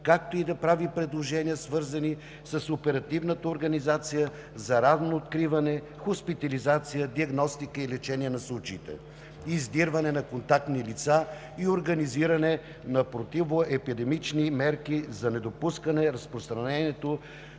както и да прави предложения, свързани с оперативната организация за ранно откриване, хоспитализация, диагностика и лечение на случаите, издирване на контактни лица и организиране на противоепидемични мерки за недопускане разпространението